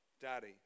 Daddy